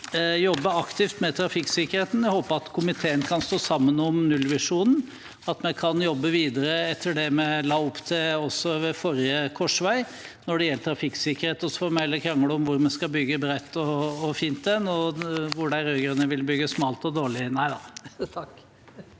jobbe aktivt med trafikksikkerheten. Jeg håper at komiteen kan stå sammen om nullvisjonen, at vi kan jobbe videre etter det vi la opp til også ved forrige korsvei når det gjelder trafikksikkerhet. Så får vi heller krangle om hvor vi skal bygge bredt og fint, og hvor de rød-grønne vil bygge smalt og dårlig. Frank